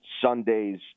Sundays